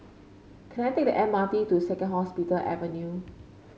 can I take the M R T to Second Hospital Avenue